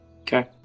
Okay